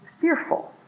fearful